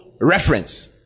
reference